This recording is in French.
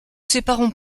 séparons